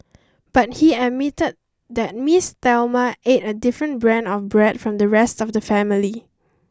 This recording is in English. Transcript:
but he admitted that Miss Thelma ate a different brand of bread from the rest of the family